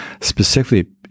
Specifically